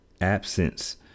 absence